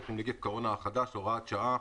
עם נגיף הקורונה החדש (הוראת שעה),